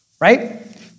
Right